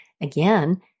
again